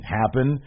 happen